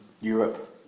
Europe